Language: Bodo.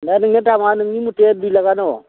दा नोंना दामा नोंनि मथे दुइ लाखआनो